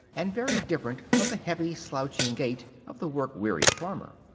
and very different from the heavy, slouching gait of the work-weary farmer.